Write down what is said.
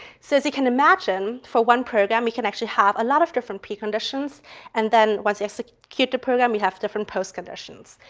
so, as you can imagine, for one program we can actually have a lot of different pre-conditions and then once you execute program, you have different post-conditions.